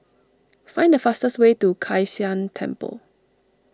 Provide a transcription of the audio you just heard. find the fastest way to Kai San Temple